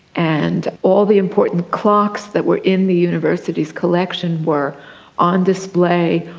and all the important clocks that were in the university's collection were on display,